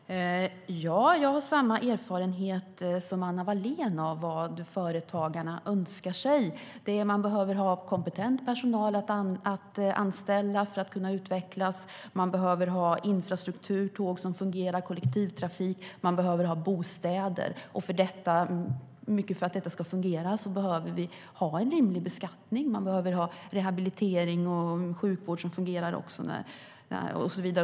Herr talman! Jag har samma erfarenhet som Anna Wallén av vad företagarna önskar sig. Man behöver kompetent personal att anställa för att kunna utvecklas. Man behöver infrastruktur - tåg som fungerar och kollektivtrafik. Man behöver bostäder. För att detta ska fungera behöver vi ha en rimlig beskattning. Man behöver också ha en rehabilitering och en sjukvård som fungerar och så vidare.